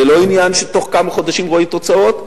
זה לא עניין שבתוך כמה חודשים רואים תוצאות,